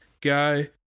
guy